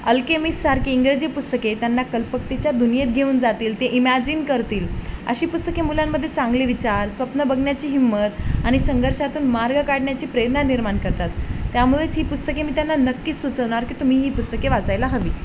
अल्केमिससारखे इंग्रजी पुस्तके त्यांना कल्पकतेच्या दुनियेत घेऊन जातील ते इमॅजिन करतील अशी पुस्तके मुलांमध्ये चांगले विचार स्वप्न बघण्याची हिम्मत आणि संघर्षातून मार्ग काढण्याची प्रेरणा निर्माण करतात त्यामुळेच ही पुस्तके मी त्यांना नक्कीच सुचवणार की तुम्ही ही पुस्तके वाचायला हवी